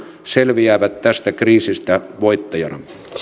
selviävät tästä kriisistä voittajana